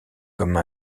comme